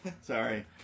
Sorry